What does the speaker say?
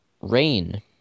rain